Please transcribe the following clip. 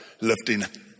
lifting